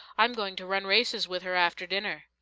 i'm going to run races with her after dinner.